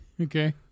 Okay